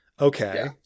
Okay